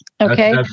okay